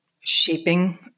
shaping